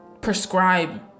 prescribe